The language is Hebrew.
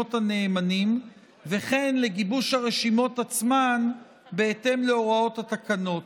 רשימות נאמנים וכן לגיבוש הרשימות עצמן בהתאם להוראות התקנות.